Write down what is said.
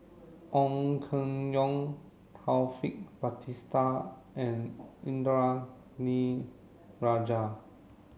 Ong Keng Yong Taufik Batisah and Indranee Rajah